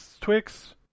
Twix